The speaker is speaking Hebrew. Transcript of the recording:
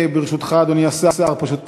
ברשותך, אני אאפשר, אדוני השר, פשוט,